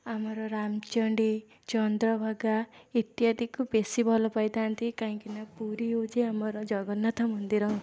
ଆମର ରାମଚଣ୍ଡୀ ଚନ୍ଦ୍ରଭାଗା ଇତ୍ୟାଦିକୁ ବେଶୀ ଭଲ ପାଇଥାନ୍ତି କାହିଁକିନା ପୁରୀ ହେଉଛି ଆମର ଜଗନ୍ନାଥ ମନ୍ଦିର